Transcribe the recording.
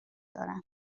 دارند